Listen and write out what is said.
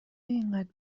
اینقدر